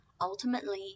ultimately